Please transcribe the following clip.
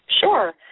Sure